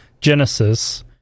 Genesis